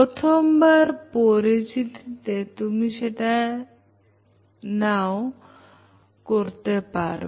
প্রথমবার পরিচিতিতে তুমি সেটা নাও করতে পারো